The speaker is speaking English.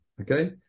Okay